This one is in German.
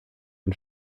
und